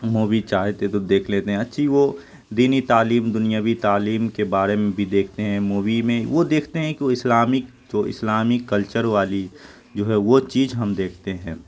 movie چاہتے تو دیکھ لیتے ہیں اچھی وہ دینی تعلیم دنیاوی تعلیم کے بارے میں بھی دیکھتے ہیں مووی میں وہ دیکھتے ہیں کہ وہ اسلامک تو اسلامی کلچر والی جو ہے وہ چیز ہم دیکھتے ہیں